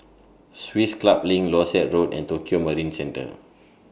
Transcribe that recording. Swiss Club LINK Dorset Road and Tokio Marine Centre